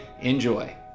Enjoy